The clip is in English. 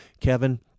Kevin